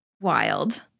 wild